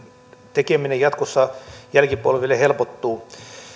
tekeminen jatkossa jälkipolville helpottuu